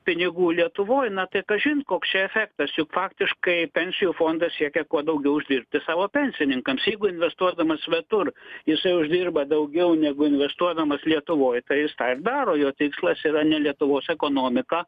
pinigų lietuvoj na tai kažin koks čia efektas juk faktiškai pensijų fondas siekia kuo daugiau uždirbti savo pensininkams jeigu investuodamas svetur jisai uždirba daugiau negu investuodamas lietuvoj tai jis tai daro jo tikslas yra ne lietuvos ekonomiką